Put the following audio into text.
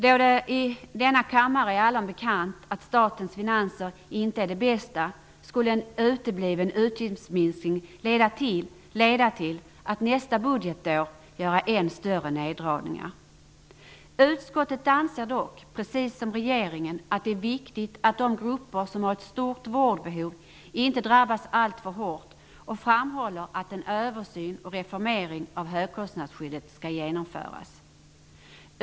Då det i denna kammare är allom bekant att statens finanser inte är de bästa skulle en utebliven utgiftsminskning leda till att man nästa budgetår måste göra än större neddragningar. Utskottet anser dock, precis som regeringen, att det är viktigt att de grupper som har ett stort vårdbehov inte drabbas alltför hårt. Utskottet framhåller att en översyn och reformering av högkostnadsskyddet skall genomföras.